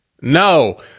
no